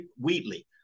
Wheatley